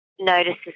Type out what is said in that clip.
notices